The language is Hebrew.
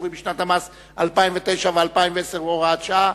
ציבורי בשנות המס 2009 ו-2010) (הוראת שעה),